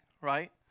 right